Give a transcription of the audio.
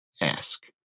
ask